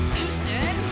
Houston